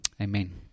Amen